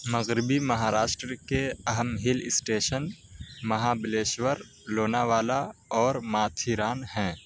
مغربی مہاراشٹر کے اہم ہل اسٹیشن مہابلیشور لوناولا اور ماتھیرام ہیں